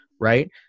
right